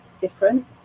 different